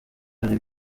hari